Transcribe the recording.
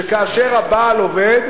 שכאשר הבעל עובד,